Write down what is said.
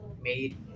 made